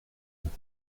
neuf